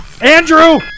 Andrew